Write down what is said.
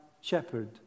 shepherd